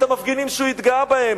את המפגינים שהוא התגאה בהם.